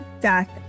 Death